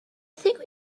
think